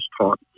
taught